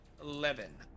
Eleven